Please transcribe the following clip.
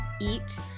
eat